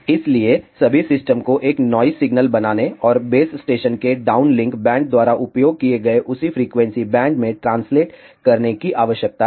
इसलिए सभी सिस्टम को एक नॉइस सिग्नल बनाने और बेस स्टेशन के डाउनलिंक बैंड द्वारा उपयोग किए गए उसी फ्रीक्वेंसी बैंड में ट्रांसलेट करने की आवश्यकता है